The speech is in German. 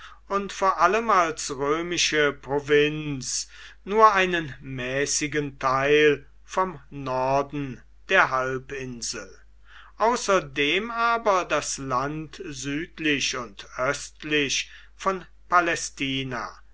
und vor allem als römische provinz nur einen mäßigen teil vom norden der halbinsel außerdem aber das land südlich und östlich von palästina